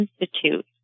Institute